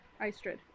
Istrid